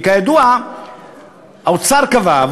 כי כידוע האוצר קבע,